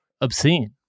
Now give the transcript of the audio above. obscene